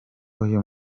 uyu